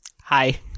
Hi